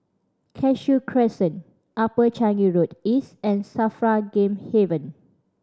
Cashew Crescent Upper Changi Road East and SAFRA Game Haven